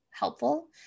helpful